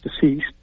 deceased